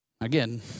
Again